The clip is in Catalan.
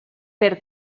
per